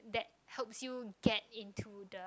that helps you get into the